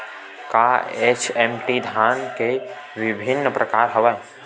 का एच.एम.टी धान के विभिन्र प्रकार हवय?